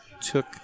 took